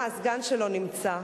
אה, הסגן שלו נמצא.